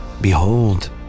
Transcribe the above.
behold